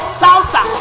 salsa